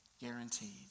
guaranteed